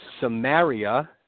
Samaria